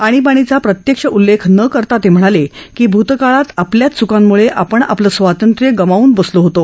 आणीबाणीचा प्रत्यक्ष उल्लेख न करता ते म्हणाले की भ्तकाळात आ ल्याच च्कांम्ळे आ ण आ लं स्वातंत्र्य गमावून बसलो होतो